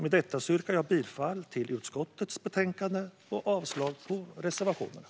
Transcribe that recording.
Med detta yrkar jag bifall till utskottets förslag och avslag på reservationerna.